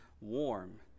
warm